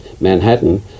Manhattan